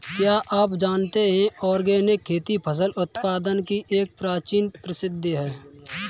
क्या आप जानते है ऑर्गेनिक खेती फसल उत्पादन की एक प्राचीन पद्धति है?